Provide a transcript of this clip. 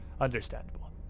Understandable